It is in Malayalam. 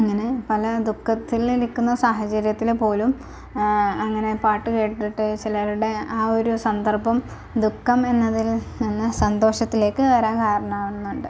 അങ്ങനെ പല ദു ഖത്തിലിരിക്കുന്ന സാഹചര്യത്തിൽ പോലും അങ്ങനെ പാട്ട് കേട്ടിട്ട് ചിലരുടെ ആ ഒരു സന്ദർഭം ദു ഖം എന്നതിൽ നിന്ന് സന്തോഷത്തിലേക്ക് വരാൻ കാരണം ആകുന്നുണ്ട്